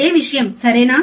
అదే విషయంసరేనా